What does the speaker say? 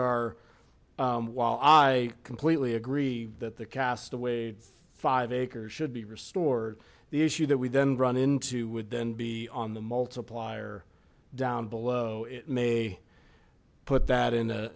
are while i completely agree that the castaway five acres should be restored the issue that we then run into would then be on the multiplier down below it may put that in a